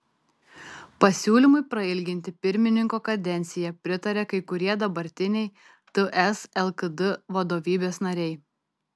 pasiūlymui prailginti pirmininko kadenciją pritaria kai kurie dabartiniai ts lkd vadovybės nariai